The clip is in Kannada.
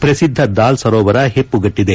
ಪ್ರಸಿದ್ದ ದಾಲ್ ಸರೋವರ ಹೆಪ್ಪುಗಟ್ಟಿದೆ